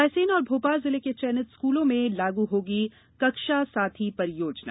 रायसेन और भोपाल जिले के चयनित स्कूलों में लागू होगी कक्षा साथी परियोजना